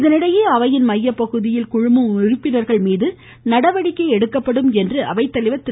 இதனிடையே அவையின் மையப்பகுதியில் குழுமும் உறுப்பினர்கள் மீது நடவடிக்கை எடுக்கப்படும் என்று அவைத்தலைவர் திரு